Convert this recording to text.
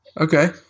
Okay